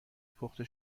پخته